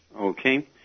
Okay